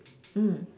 mm